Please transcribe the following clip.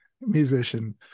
musician